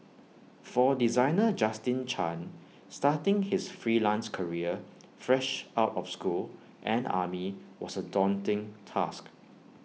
for designer Justin chan starting his freelance career fresh out of school and army was A daunting task